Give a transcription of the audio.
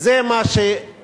זה מה שקרה.